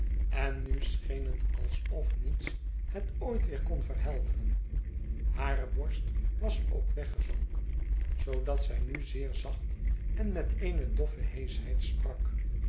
en nu s cheen het alsof niets het ooit weer kon verhelderen hare borst was ook weggezonken zoodat zij nu zeer zacht en met eene doffe heeschheid sprak